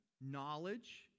knowledge